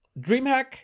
DreamHack